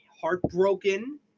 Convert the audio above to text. heartbroken